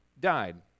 died